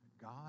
God